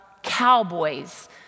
Cowboys